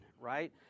right